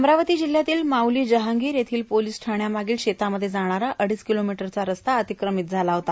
अमरावती जिल्ह्यातील माऊलों जहॉगीर येथील पोर्वलस ठाण्यामागील शेतामध्ये जाणारा अडीच र्ककलोमीटरचा रस्ता र्आतक्रमीत झाला होता